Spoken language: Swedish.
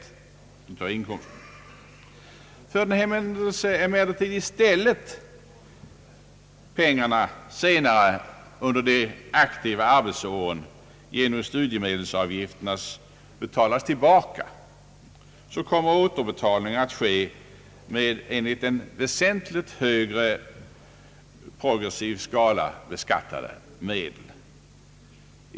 För den händelse emellertid i stället pengarna senare under de aktiva arbetsåren genom studiemedelsavgifterna betalas tillbaka, kom mer återbetalningen att ske med enligt en väsentligt högre progressiv skala beskattade medel.